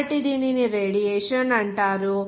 కాబట్టి దీనిని రేడియేషన్radiation అంటారు